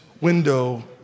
window